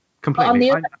Completely